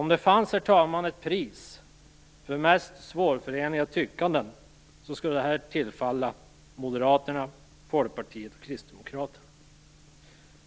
Om det fanns, herr talman, ett pris för mest svårförenliga tyckanden skulle det tillfalla Moderaterna, Folkpartiet och Kristdemokraterna.